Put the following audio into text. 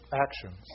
actions